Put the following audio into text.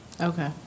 Okay